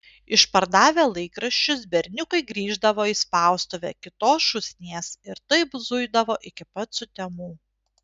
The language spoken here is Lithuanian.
išpardavę laikraščius berniukai grįždavo į spaustuvę kitos šūsnies ir taip zuidavo iki pat sutemų